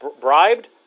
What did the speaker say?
bribed